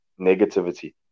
negativity